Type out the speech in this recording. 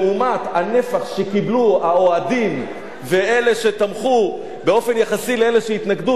לעומת הנפח שקיבלו האוהדים ואלה שתמכו באופן יחסי לאלה שהתנגדו,